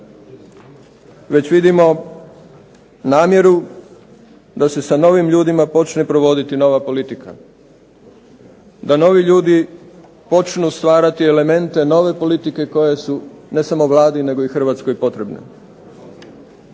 Već vidimo namjeru da se sa novim ljudima počne provoditi nova politika, da novi ljudi počnu stvarati elemente nove politike koje su ne samo Vladi nego i Hrvatskoj potrebne.